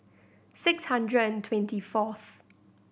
six hundred and twenty fourth